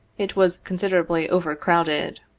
it was considerably over-crowded.